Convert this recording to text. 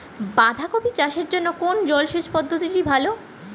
বাঁধাকপি চাষের জন্য কোন জলসেচ পদ্ধতিটি ভালো?